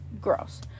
gross